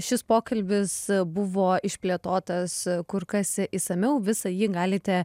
šis pokalbis buvo išplėtotas kur kas išsamiau visą jį galite